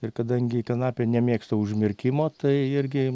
ir kadangi kanapė nemėgsta užmirkimo tai irgi